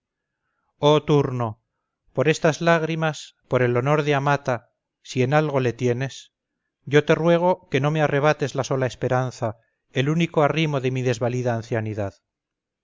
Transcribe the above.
oh turno por estas lágrimas por el honor de amata si en algo le tienes yo te ruego que no me arrebates la sola esperanza el único arrimo de mi desvalida ancianidad